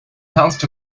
pounced